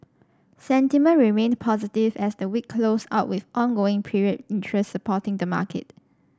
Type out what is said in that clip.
sentiment remained positive as the week closed out with ongoing period interest supporting the market